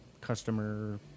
customer